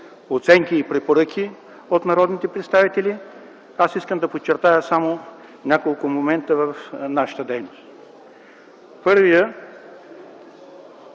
оценки и препоръки от народните представители. Искам да подчертая само няколко момента в нашата дейност. Първият,